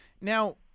Now